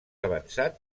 avançat